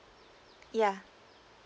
yeah